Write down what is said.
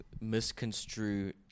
misconstrue